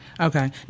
okay